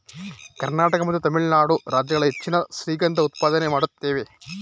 ಕರ್ನಾಟಕ ಮತ್ತು ತಮಿಳುನಾಡು ರಾಜ್ಯಗಳು ಹೆಚ್ಚಿನ ಶ್ರೀಗಂಧ ಉತ್ಪಾದನೆ ಮಾಡುತ್ತೇವೆ